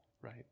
right